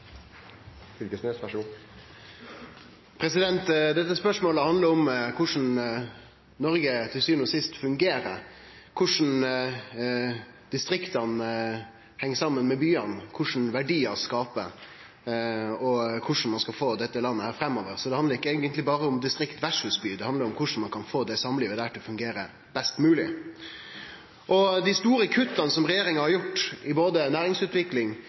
Dette spørsmålet handlar om korleis Noreg til sjuande og sist fungerer, korleis distrikta heng saman med byane, kva slags verdiar ein skaper, og korleis ein skal få dette landet framover. Så det handlar eigentleg ikkje berre om distrikt versus by, det handlar om korleis ein kan få det samlivet til å fungere best mogleg. Dei store kutta som regjeringa har gjort både i næringsutvikling